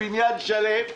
בניין שלם.